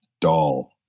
doll